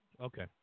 Okay